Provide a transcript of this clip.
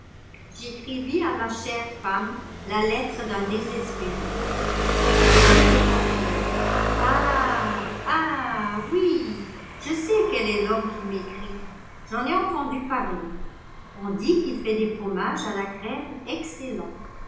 j'écrivis à ma chère femme la lettre d'un désespéré elle dit au porteur ah ah oui je sais quel est l'homme qui m'écrit j'en ai entendu parler on dit qu'il fait des fromages à la crème excellents